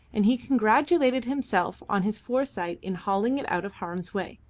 and he congratulated himself on his foresight in hauling it out of harm's way,